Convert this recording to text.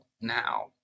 now